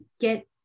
get